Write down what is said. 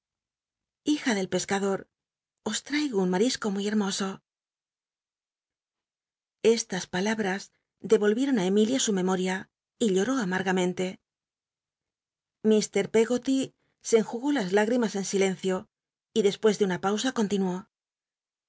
ilijf del pescltdor os ttaigo un mal'isco muy hermoso estas palabras deyolvieton i emilia su n emo ria y lloró amargamente mt peggoty se enjugó las higtimas en silencio y despues de una pausa continuó